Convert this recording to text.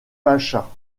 pacha